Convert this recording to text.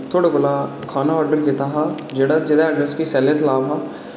थुआढ़े कोला खाना आर्डर कीता हा जेह्ड़ा जेह्दा अड्रैस कि सैलें दा तलाऽ हा